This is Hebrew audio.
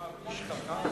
אמר איש חכם,